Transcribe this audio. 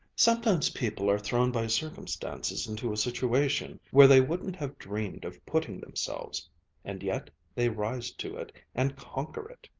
sometimes people are thrown by circumstances into a situation where they wouldn't have dreamed of putting themselves and yet they rise to it and conquer it,